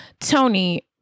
Tony